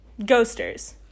Ghosters